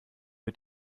mit